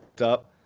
up